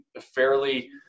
fairly